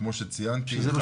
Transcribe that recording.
כמו שציינתי,